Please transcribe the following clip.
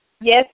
Yes